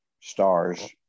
stars